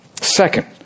Second